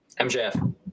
MJF